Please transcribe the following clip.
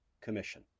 commission